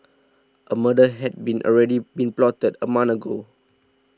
a murder had been already been plotted a month ago